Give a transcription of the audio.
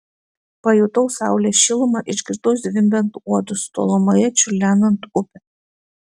pajutau saulės šilumą išgirdau zvimbiant uodus tolumoje čiurlenant upę